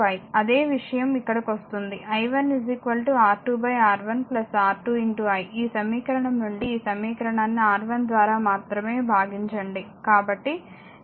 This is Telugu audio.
అదే ఈ విషయం ఇక్కడ వస్తుంది i1 R2 R1 R2 I ఈ సమీకరణం నుండి ఈ సమీకరణాన్ని R1 ద్వారా మాత్రమే భగించండి